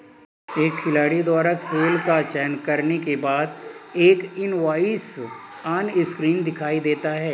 एक खिलाड़ी द्वारा खेल का चयन करने के बाद, एक इनवॉइस ऑनस्क्रीन दिखाई देता है